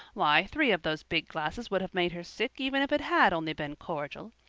why, three of those big glasses would have made her sick even if it had only been cordial.